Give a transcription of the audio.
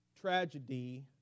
tragedy